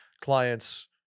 clients